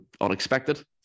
unexpected